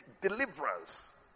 deliverance